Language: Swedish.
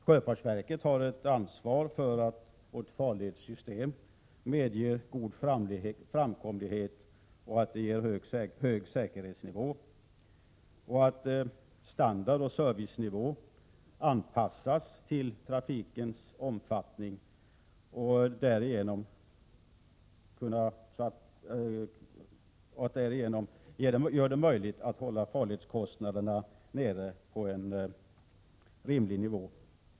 Sjöfartsverket har ansvaret för att vårt farledssystem medger god framkomlighet och ger hög säkerhet samt att standard och service anpassas till trafikens omfattning så att det blir möjligt att hålla farledskostnaderna nere på en rimlig nivå.